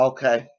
Okay